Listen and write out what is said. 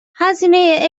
هزینه